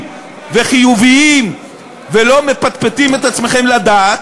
וחיוביים ולא מפטפטים את עצמכם לדעת,